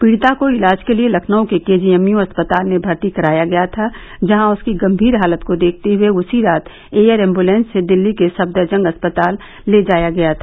पीड़िता को इलाज के लिए लखनऊ के केजीएमयू अस्पताल में भर्ती कराया गया था जहां उसकी गंभीर हालत को देखते हुए उसी रात एयर एम्व्लेंस से दिल्ली के सफदरजंग अस्पताल ले जाया गया था